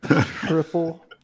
Triple